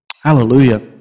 Hallelujah